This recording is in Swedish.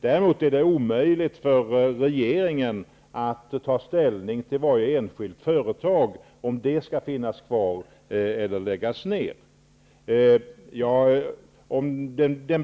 Däremot är det omöjligt för regeringen att ta ställning till om varje enskilt företag skall finnas kvar eller läggas ner.